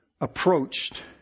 approached